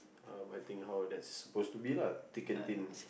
um I think how that's suppose to be lah thick and thin